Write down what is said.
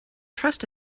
trust